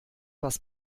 was